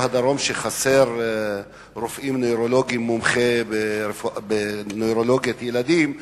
הדרום חסרים רופאים מומחים בנוירולוגיית ילדים,